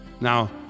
now